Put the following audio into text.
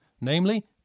namely